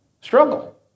struggle